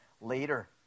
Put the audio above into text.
later